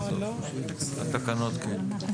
טוב, אני אקריא את סעיף (א1)